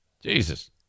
Jesus